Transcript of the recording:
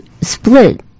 split